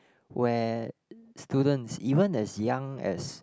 where students even as young as